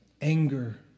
Anger